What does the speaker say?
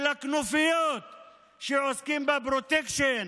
של הכנופיות שעוסקות בפרוטקשן,